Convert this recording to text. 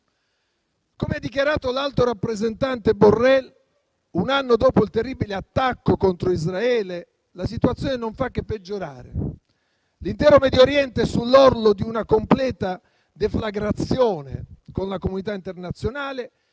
Come ha dichiarato l'alto rappresentante Borrell, un anno dopo il terribile attacco contro Israele, la situazione non fa che peggiorare e l'intero Medio Oriente è sull'orlo di una completa deflagrazione con la comunità internazionale,